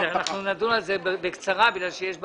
אנחנו נדון על זה בקצרה כי יש בג"ץ.